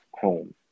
home